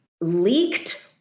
leaked